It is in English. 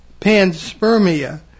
panspermia